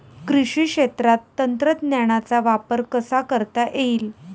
कृषी क्षेत्रात तंत्रज्ञानाचा वापर कसा करता येईल?